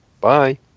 Bye